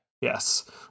Yes